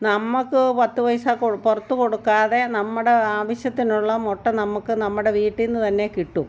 നമുക്ക് പത്ത് പൈസ പുറത്ത് കൊടുക്കാതെ നമ്മുടെ ആവിശ്യത്തിനുള്ള മുട്ട നമുക്ക് നമ്മുടെ വീട്ടി നിന്ന് തന്നെ കിട്ടും